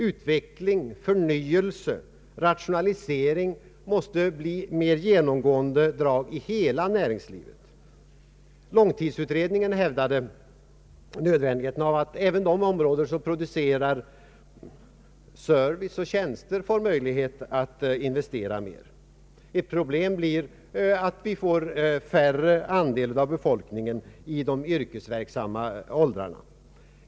Utveckling, förnyelse, rationalisering måste bli mer genomgående drag i hela näringslivet. Långtidsutredningen hävdar nödvändigheten av att även de områden som producerar service och tjänster får möjlighet att investera mer. Ett problem blir att de yrkesverksamma åldrarnas andel av befolkningen sjunker.